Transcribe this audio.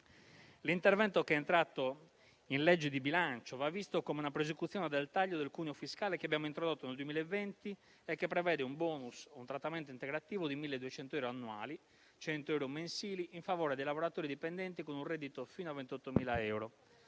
L'intervento che è entrato nel disegno di legge di bilancio va visto come una prosecuzione del taglio del cuneo fiscale che abbiamo introdotto nel 2020 e che prevede un *bonus*, un trattamento integrativo di 1.200 euro annuali, 100 euro mensili in favore dei lavoratori dipendenti con un reddito fino a 28.000 e